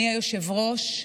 אדוני היושב-ראש,